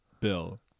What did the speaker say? bill